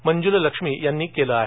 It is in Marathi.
मंजूलक्ष्मी यांनी केल आहे